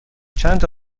چندتا